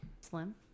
Slim